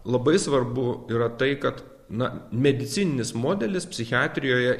labai svarbu yra tai kad na medicininis modelis psichiatrijoje